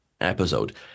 episode